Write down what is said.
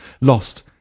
lost